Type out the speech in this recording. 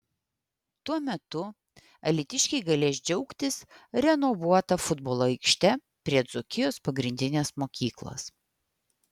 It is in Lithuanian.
tuo metu alytiškiai galės džiaugtis renovuota futbolo aikšte prie dzūkijos pagrindinės mokyklos